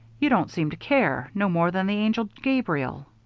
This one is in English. you don't seem to care no more than the angel gabriel.